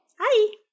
Hi